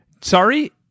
Sorry